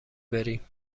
بریم